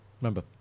Remember